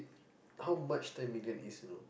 how much ten million is you know